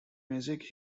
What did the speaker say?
music